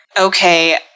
okay